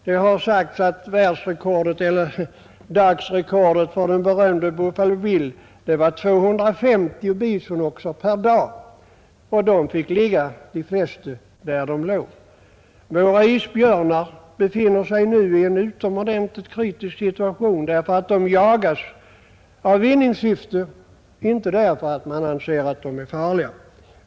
Det har sagts att dagsrekordet för den berömde Buffalo Bill var 250 bisonoxar, och de flesta fick ligga där de föll. Våra isbjörnar befinner sig nu i en utomordentligt kritisk situation därför att de jagas i vinningssyfte och inte för att man anser att de är farliga.